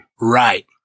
Right